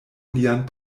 lian